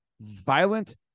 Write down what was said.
violent